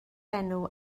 enw